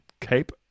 Cape